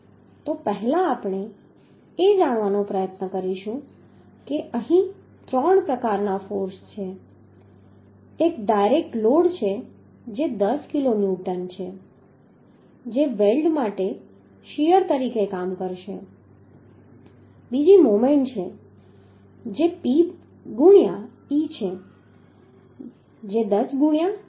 તો પહેલા આપણે એ જાણવાનો પ્રયત્ન કરીશું કે અહીં ત્રણ પ્રકારના ફોર્સ છે એક ડાયરેક્ટ લોડ છે જે 10 કિલોન્યુટન છે જે વેલ્ડ માટે શીયર તરીકે કામ કરશે બીજી મોમેન્ટ છે જે P ગુણ્યા e છે જે 10 ગુણ્યા 0